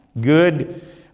good